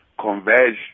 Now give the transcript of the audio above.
converge